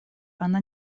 она